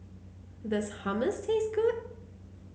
does hummus taste good